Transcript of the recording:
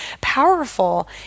powerful